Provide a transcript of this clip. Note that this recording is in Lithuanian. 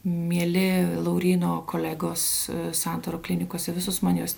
mieli lauryno kolegos santaro klinikose visus man juos